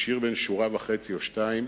זהו שיר בן שורה וחצי, שתיים,